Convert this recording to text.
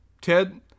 Ted